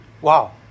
wow